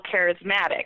charismatic